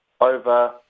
over